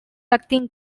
acting